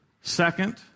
Second